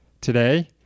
today